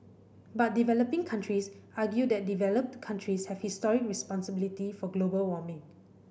but developing countries argue that developed countries have historic responsibility for global warming